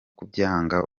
kubyanga